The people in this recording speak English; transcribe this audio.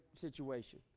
situation